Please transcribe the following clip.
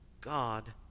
God